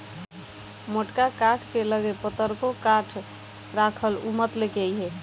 मोटका काठ के लगे पतरको काठ राखल उ मत लेके अइहे